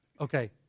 Okay